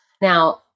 Now